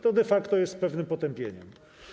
To de facto jest pewnym potępieniem.